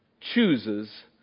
chooses